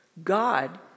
God